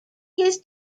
his